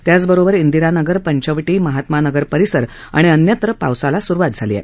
त्याच बरोबर इंदिरा नगर पंचवटी महात्मा नगर परिसर आणि अन्यत्र पावसाला सुरुवात झाली आहे